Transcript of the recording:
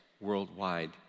worldwide